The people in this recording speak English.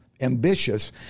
ambitious